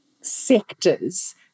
sectors